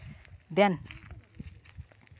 ᱫᱮᱱ